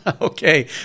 Okay